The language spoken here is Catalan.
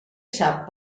sap